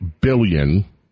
billion